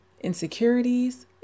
insecurities